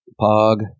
Pog